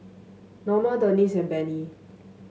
Noma Denese and Bennie